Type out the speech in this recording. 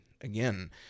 again